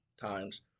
times